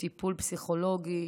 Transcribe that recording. בטיפול פסיכולוגי,